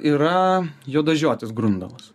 yra juodažiotis grundalas